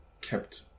kept